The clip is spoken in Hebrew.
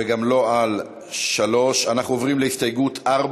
וגם לא על 3. אנחנו עוברים להסתייגות 4,